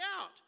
out